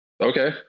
Okay